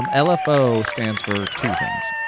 um lfo stands for two things.